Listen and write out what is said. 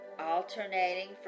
Alternating